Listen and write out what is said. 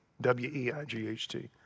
W-E-I-G-H-T